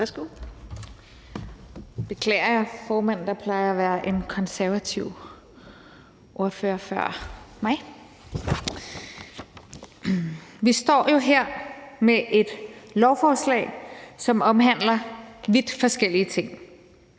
Det beklager jeg, formand. Der plejer at være en konservativ ordfører før mig. Vi står jo her med et lovforslag, som omhandler vidt forskellige ting.